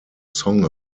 song